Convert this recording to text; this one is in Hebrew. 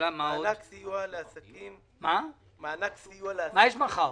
מה יש מחר?